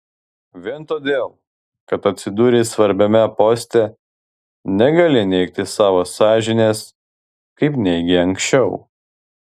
vien todėl kad atsidūrei svarbiame poste negali neigti savo sąžinės kaip neigei anksčiau